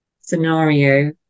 scenario